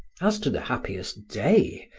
as to the happiest day,